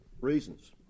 reasons